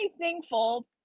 thankful